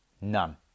None